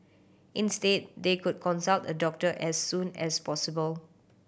instead they could consult a doctor as soon as possible